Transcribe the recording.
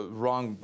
wrong